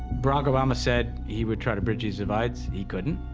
barack obama said he would try to bridge these divides. he couldn't.